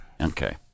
Okay